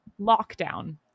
lockdown